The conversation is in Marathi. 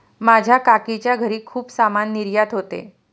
माझ्या काकीच्या घरी खूप सामान निर्यात होते